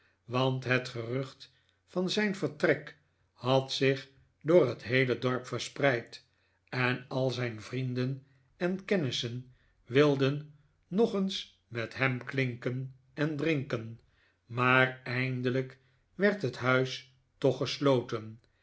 want het gerucht van zijn vertrek had zich door het heele dorp verspreid en al zijn vrienden en kennissen wilden nog eens met hem klinken en drinken maar eindelijk werd het huis toch gesloten